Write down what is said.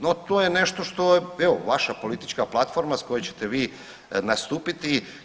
No to je nešto što je evo vaša politička platforma s koje ćete vi nastupiti.